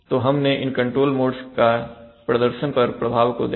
तो हमने इन कंट्रोल मोड्स का प्रदर्शन पर प्रभाव को देखा